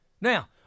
Now